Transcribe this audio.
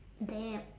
damn